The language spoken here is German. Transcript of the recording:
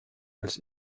als